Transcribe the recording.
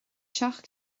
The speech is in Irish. teach